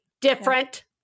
Different